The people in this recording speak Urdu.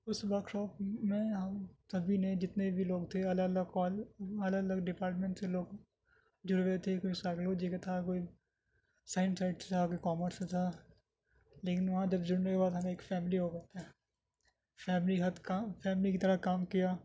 اس ورکشاپ میں ہم سبھی نے جتنے بھی لوگ تھے الگ الگ کال الگ الگ ڈپارٹمینٹ سے لوگ جڑے ہوئے تھے کوئی سائکلوجی کا تھا کوئی سائنس سائڈ سے سے تھا کوئی کامرس سے تھا لیکن وہاں جب جڑنے کے بعد ہم ایک فیملی ہو گئے تھے فیملی کے ساتھ کام فیملی کی طرح کام کیا